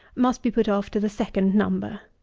must be put off to the second number.